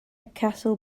castle